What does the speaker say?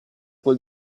quel